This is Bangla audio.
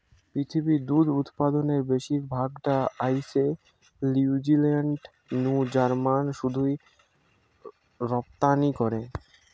পৃথিবীর দুধ উতপাদনের বেশির ভাগ টা আইসে নিউজিলান্ড নু জার্মানে শুধুই রপ্তানি করে